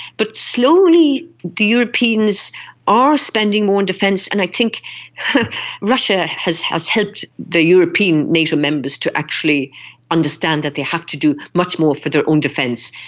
but slowly the europeans are spending more defence, and i think russia has has helped the european nato members to actually understand that they have to do much more for their own defence.